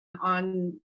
on